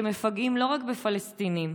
שמפגעים לא רק בפלסטינים,